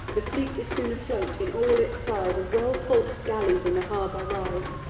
the fleet is soon afloat, in all its pride, and well-calk'd galleys in the harbor ride.